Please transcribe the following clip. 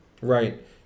Right